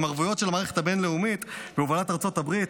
ערבויות של המערכת הבין-לאומית בהובלת ארצות הברית.